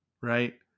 right